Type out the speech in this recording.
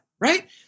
right